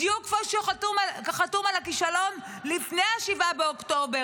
בדיוק כפי שהוא חתום על הכישלון לפני 7 באוקטובר